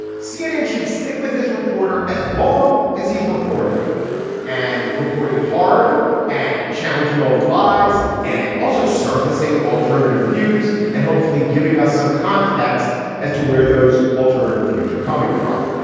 cnn should stick with this reporter as long as he's reporting and reporting hard and challenging all the lies and also surfacing alternative views and hopefully giving us some context as to where those alternative views are coming from.